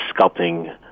sculpting